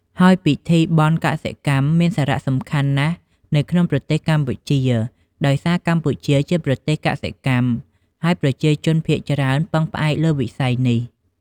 ហើយពិធីបុណ្យកសិកម្មមានសារៈសំខាន់ណាស់នៅក្នុងប្រទេសកម្ពុជា ដោយសារកម្ពុជាជាប្រទេសកសិកម្ម ហើយប្រជាជនភាគច្រើនពឹងផ្អែកលើវិស័យនេះ។